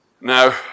Now